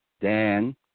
Dan